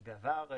כי בעבר,